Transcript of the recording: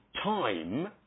time